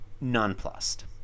nonplussed